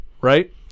right